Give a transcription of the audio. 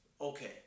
Okay